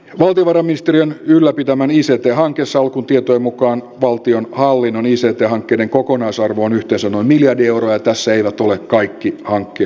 valtiovarainministeriön ylläpitämän ict hankesalkun tietojen mukaan valtionhallinnon ict hankkeiden kokonaisarvo on yhteensä noin miljardi euroa ja tässä eivät ole kaikki hankkeet mukana